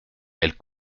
elle